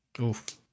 Oof